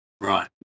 Right